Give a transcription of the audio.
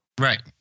Right